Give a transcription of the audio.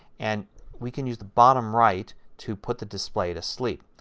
and we can use the bottom right to put the display to sleep.